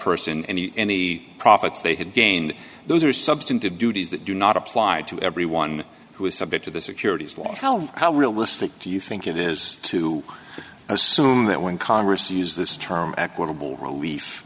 person any any profits they have gained those are substantive duties that do not apply to everyone who is subject to the securities laws how how realistic do you think it is to assume that when congress use this term equitable relief